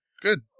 Good